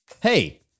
Hey